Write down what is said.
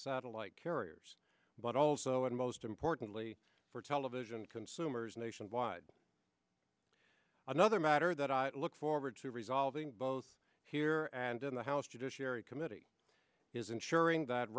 satellite carriers but also and most importantly for television consumers nationwide another man or that i look forward to resolving both here and in the house judiciary committee is ensuring that